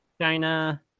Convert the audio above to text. China